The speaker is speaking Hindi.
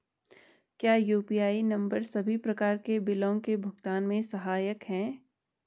क्या यु.पी.आई नम्बर सभी प्रकार के बिलों के भुगतान में सहायक हैं?